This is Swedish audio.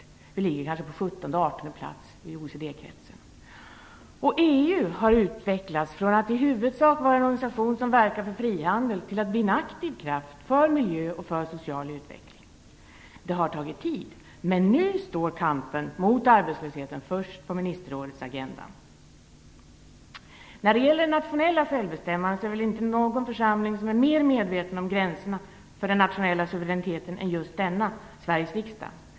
Landet ligger på 17-18 plats i OECD EU har utvecklats från att i huvudsak vara en organisation som verkar för frihandel till att bli en aktiv kraft för miljö och social utveckling. Det har tagit tid. Men nu står kampen mot arbetslösheten först på ministerrådets agenda. I fråga om det nationella självbestämmandet är det väl inte någon församling som är mer medveten om gränserna för den nationella suveräniteten än just denna, Sveriges riksdag.